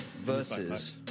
versus